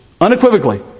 Unequivocally